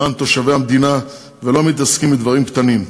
למען תושבי המדינה, ולא מתעסקים בדברים קטנים.